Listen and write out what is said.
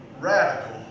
radical